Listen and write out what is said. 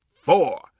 four